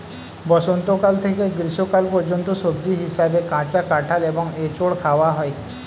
বসন্তকাল থেকে গ্রীষ্মকাল পর্যন্ত সবজি হিসাবে কাঁচা কাঁঠাল বা এঁচোড় খাওয়া হয়